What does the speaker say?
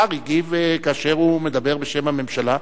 השר הגיב כאשר הוא מדבר בשם הממשלה.